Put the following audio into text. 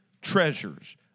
treasures